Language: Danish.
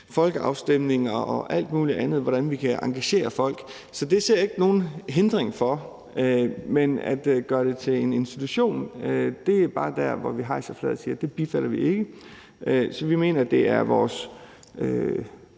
folkeafstemninger og alt muligt andet engagere os i, hvordan vi kan engagere folk. Så det ser jeg ikke nogen hindring for. Men at gøre det til en institution – det er bare der, vi hejser flaget og siger: Det bifalder vi ikke. Vi mener, det er vores